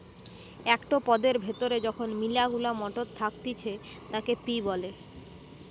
একটো পদের ভেতরে যখন মিলা গুলা মটর থাকতিছে তাকে পি বলে